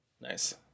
Nice